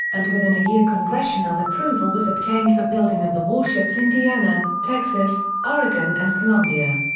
and within a year congressional approval was obtained for building of the warships indiana, texas, oregon and columbia.